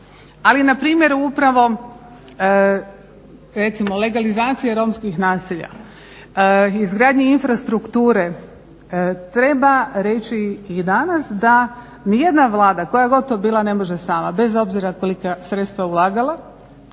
ali na primjeru upravo, recimo legalizacije romskih naselja, izgradnji infrastrukture, treba reći i danas da ni jedna Vlada, koja god to bila ne može sama bez obzira kolika sredstva ulagala,